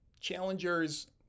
Challengers